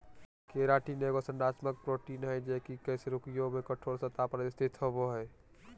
keratin एगो संरचनात्मक protein हइ जे कई कशेरुकियों में कठोर सतह पर स्थित होबो हइ